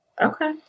Okay